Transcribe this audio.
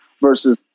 versus